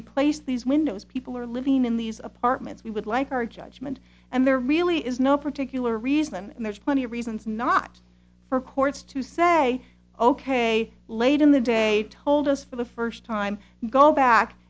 replace these windows people are living in these apartments we would like our judgment and there really is no particular reason and there's plenty of reasons not for courts to say ok late in the day told us for the first time go back